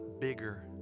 bigger